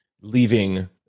leaving